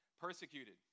persecuted